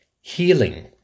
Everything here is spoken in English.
healing